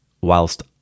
whilst